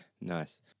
nice